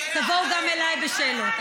תבואו גם אליי בשאלות.